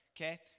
okay